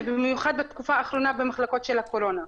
ובמיוחד בתקופה האחרונה במחלקות של הקורונה.